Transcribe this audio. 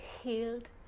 healed